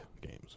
games